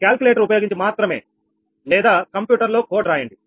calculator ఉపయోగించి మాత్రమే లేదా కంప్యూటర్ లో కోడ్ రాయండి